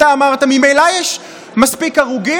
אמרת לי: ממילא יש מספיק הרוגים,